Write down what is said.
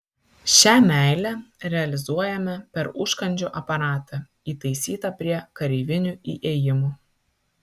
šią meilę realizuojame per užkandžių aparatą įtaisytą prie kareivinių įėjimo